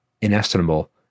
inestimable